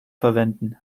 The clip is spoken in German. verwenden